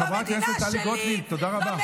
חברת הכנסת טלי גוטליב, תודה רבה.